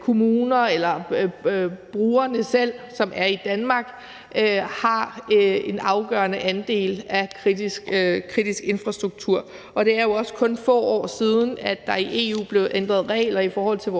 kommunerne eller brugerne selv, som er i Danmark, har en afgørende andel af den kritiske infrastruktur, og det er jo også kun få år siden, at der i EU blev ændret regler i forhold til